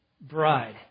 Bride